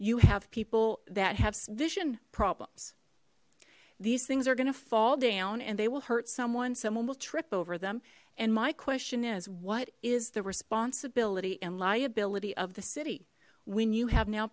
you have people that have vision problems these things are gonna fall down and they will hurt someone someone will trip over them and my question is what is the responsibility and liability of the city when you have now